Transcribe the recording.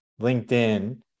LinkedIn